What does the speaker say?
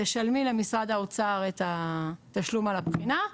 תשלמי למשרד האוצר את התשלום על הבחינה,